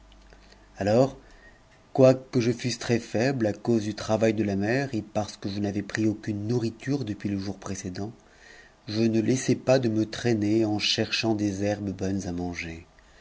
alors quoique je fusse très faible à cause du travail de la mer et parce que je n'avais pris aucune nourriture depuis le jour précèdent je a'ssm pas de me traîner en cherchant des herbes bonnes manger